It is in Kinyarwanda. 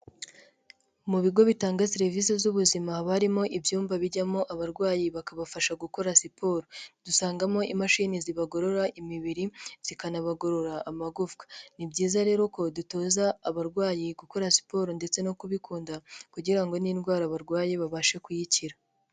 Mu bigo bitanga serivisi z'ubuzima, haba harimo ibyumba bijyamo abarwayi bakabafasha gukora siporo, dusangamo imashini zibagorora imibiri, zikanabagorora amagufwa, ni byiza rero ko dutoza abarwayi gukora siporo ndetse no kubikunda kugira ngo n'indwara barwaye babashe kuyikira.